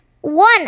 one